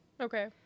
okay